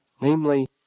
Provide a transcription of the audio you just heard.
namely